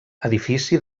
edifici